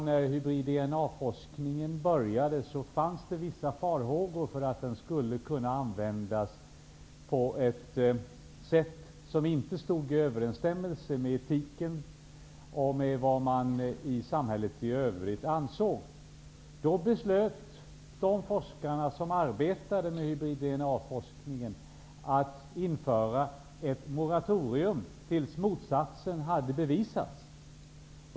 När hybrid-DNA-forskningen började fanns det nämligen vissa farhågor för att den skulle kunna användas på ett sätt som inte stod i överensstämmelse med etiken och med vad samhället i övrigt ansåg. Då beslöt de forskare som arbetade med hybrid-DNA-forskningen att införa ett moratorium tills motsatsen hade bevisats.